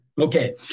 Okay